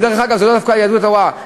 אגב, לאו דווקא מיהדות התורה.